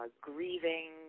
grieving